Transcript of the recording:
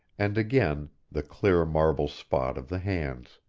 and again the clear marble spot of the hands.